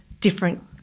different